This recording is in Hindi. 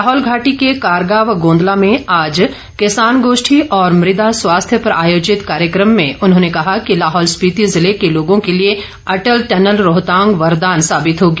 लाहौल घाटी के कारगा व गोंदला में आज किसान गोष्ठी और मृदा स्वास्थ्य पर आयोजित कार्यक्रम में उन्होंने कहा कि लाहौल स्पीति ज़िले के लोगों के लिए अटल टनल रोहतांग वरदान साबित होगी